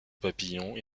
papillons